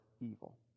evil